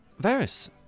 Varys